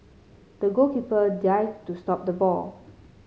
the goalkeeper dived to stop the ball